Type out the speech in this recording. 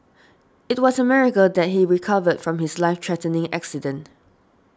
it was a miracle that he recovered from his life threatening accident